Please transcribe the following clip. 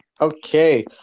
Okay